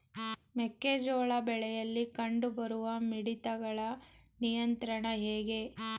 ಮೆಕ್ಕೆ ಜೋಳ ಬೆಳೆಯಲ್ಲಿ ಕಂಡು ಬರುವ ಮಿಡತೆಗಳ ನಿಯಂತ್ರಣ ಹೇಗೆ?